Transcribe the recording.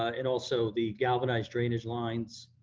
ah and also the galvanized drainage lines.